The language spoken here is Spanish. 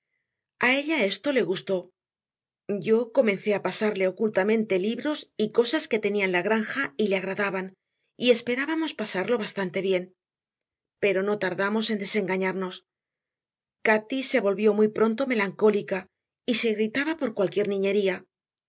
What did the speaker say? diarias a ella esto le gustó yo comencé a pasarle ocultamente libros y cosas que tenía en la granja y le agradaban y esperábamos pasarlo bastante bien pero no tardamos en desengañarnos cati se volvió muy pronto melancólica y se irritaba por cualquier niñería